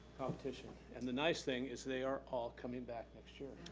competition. and the nice thing is they are all coming back next year.